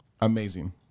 amazing